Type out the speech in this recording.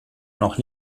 noch